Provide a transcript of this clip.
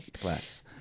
bless